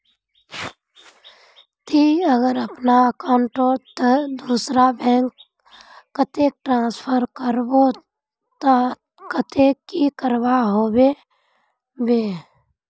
ती अगर अपना अकाउंट तोत दूसरा बैंक कतेक ट्रांसफर करबो ते कतेक की करवा होबे बे?